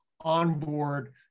onboard